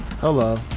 Hello